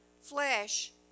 flesh